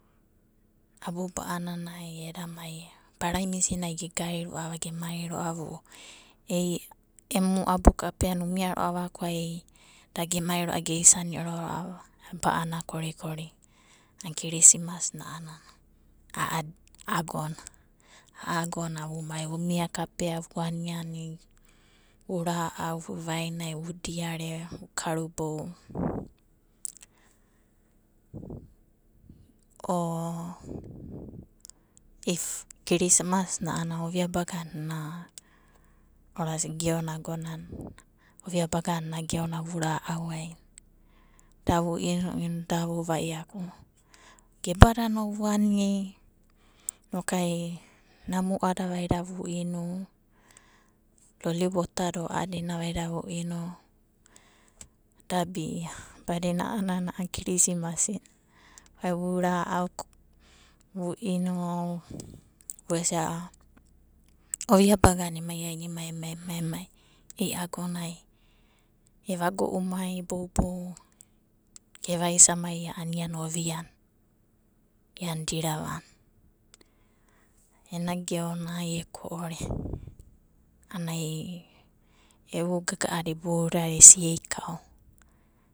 Abu ba'ananai eda mai paraimisinai gegai gemai ro'ava o ei emu abukapeanai umia ro'ava ko ai da gemai ro'a geisani'o ro'ava ba'ana korikori, kirismasna a'anana a'a agona, vumai vumia kapea vu aniani. Vu ra'au, vu vainai, vu diare, vu karubou. O kirismasina ovia bagana ena orasa geona agonana. Ovia bagana ena geona vu ra'au aina. Da vu inuinu, da vu vaiaku, gebada no vuani inokai namu'ada vaida vu inu loli wotada o a'adina vaida vu'inu da bia. Badinana a'anana a'a krisimasi ai vura'au ko vu inu o vusia ovia bagana emaiainimai emai emai ia agonai evago'u mai boubou geva isamai a'ana iana ovia na. Iana dirava na ena geonai eko'ore anai e'i gaga'ada esieikao.